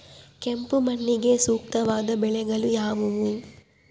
ಕೆಂಪು ಮಣ್ಣಿಗೆ ಸೂಕ್ತವಾದ ಬೆಳೆಗಳು ಯಾವುವು?